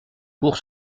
pour